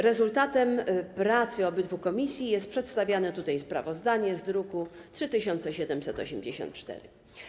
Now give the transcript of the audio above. Rezultatem pracy obydwu komisji jest przedstawiane tutaj sprawozdanie z druku nr 3784.